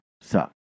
suck